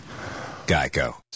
Geico